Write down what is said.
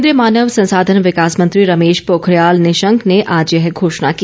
केन्द्रीय मानव संसाधन विकास मंत्री रमेश पोखरियाल निशंक ने ऑज यह घोषणा की